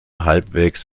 halbwegs